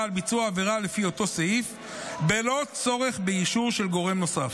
על ביצוע עבירה לפי אותו סעיף בלא צורך באישור של גורם נוסף.